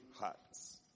hearts